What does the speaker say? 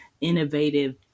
innovative